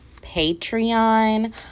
patreon